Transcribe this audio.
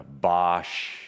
Bosch